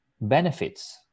benefits